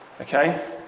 Okay